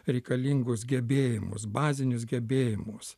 reikalingus gebėjimus bazinius gebėjimus